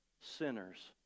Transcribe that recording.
sinners